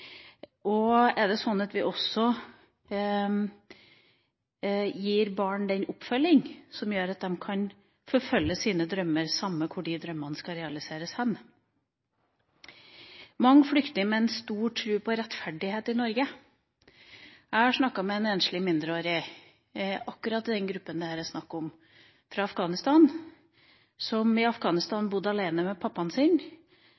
Er det sånn at vi også gir barn den oppfølging som gjør at de kan forfølge sine drømmer samme hvor de drømmene skal realiseres? Mange flykter med en stor tro på rettferdighet i Norge. Jeg har snakket med en enslig mindreårig asylsøker – akkurat fra denne gruppen det her er snakk om. Han er fra Afghanistan, og i